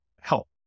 help